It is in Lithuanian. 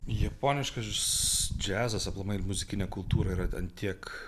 japoniškasis džiazas aplamai muzikinė kultūra yra ant tiek